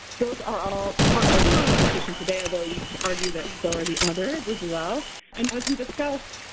those are all part of our conversation today, although you can argue that so are the others as well, and as we discussed,